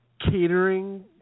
catering